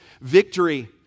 victory